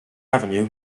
avenue